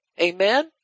Amen